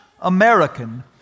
American